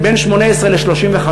בין 18 ל-35,